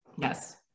yes